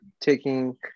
taking